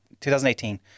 2018